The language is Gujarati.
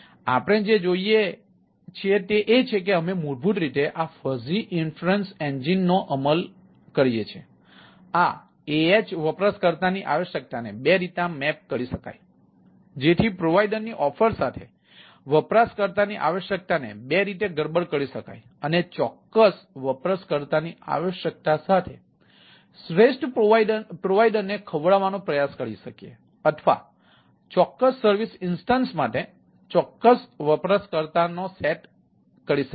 તેથી આપણે જે જોઈએ છીએ તે એ છે કે અમે મૂળભૂત રીતે આ ફઝી ઇન્ફેરેન્સ એન્જિનનો અમલ કરીએ છીએ આ ah વપરાશકર્તાની આવશ્યકતાને બે રીતે મેપ કરી શકાય જેથી પ્રોવાઇડર ની ઓફર સાથે વપરાશકર્તાની આવશ્યકતાને બે રીતે ગડબડ કરી શકાય અને ચોક્કસ વપરાશકર્તાની આવશ્યકતા સાથે શ્રેષ્ઠ પ્રોવાઇડરને ખવડાવવાનો પ્રયાસ કરી શકીએ અથવા ચોક્કસ સર્વિસ ઈન્સ્ટન્સ માટે ચોક્કસ વપરાશકર્તા સેટ કરી શકીએ